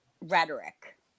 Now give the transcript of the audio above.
rhetoric